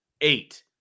Eight